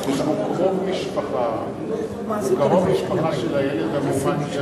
הוא קרוב משפחה של הילד המאומץ,